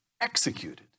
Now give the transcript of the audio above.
executed